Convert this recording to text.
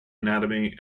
anatomy